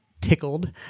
tickled